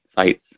sites